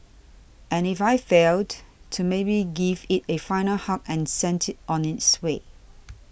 and if I failed to maybe give it a final hug and send it on its way